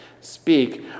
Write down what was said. speak